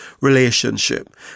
relationship